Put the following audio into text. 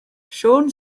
siôn